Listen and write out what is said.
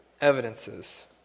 evidences